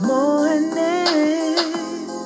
Morning